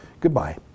goodbye